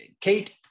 Kate